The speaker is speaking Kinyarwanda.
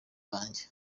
zanjye